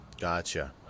Gotcha